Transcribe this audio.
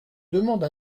demande